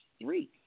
three